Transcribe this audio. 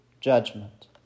judgment